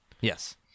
yes